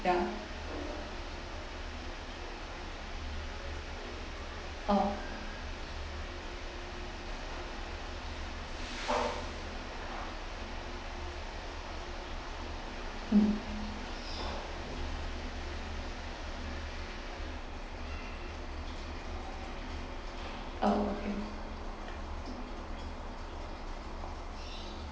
ya orh mm oh okay